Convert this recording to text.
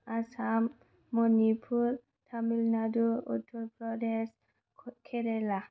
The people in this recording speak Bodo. आसाम मनिपुर तामिलनाडु उतर प्रदेश केरेला